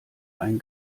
ein